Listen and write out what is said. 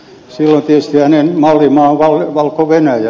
silloin tietysti hänen mallimaansa on valko venäjä